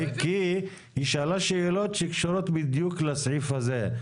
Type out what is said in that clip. כי היא שאלה שאלות שקשורות בדיוק לסעיף הזה.